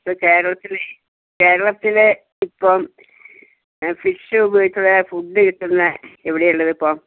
ഇത് കേരളത്തിലെ കേരളത്തിലെ ഇപ്പം ഫിഷ് ഉപയോഗിച്ചുള്ള ഫുഡ് കിട്ടുന്നത് എവിടെയാണ് ഉള്ളതിപ്പോൾ